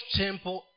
temple